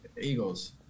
Eagles